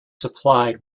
supplied